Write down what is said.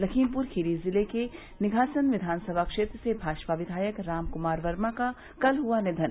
लखीमपुर खीरी जिले के निघासन कियान सभा क्षेत्र से भाजपा कियायक राम कुमार वर्मा का कल हुआ निघन